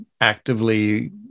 actively